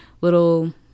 little